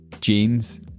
jeans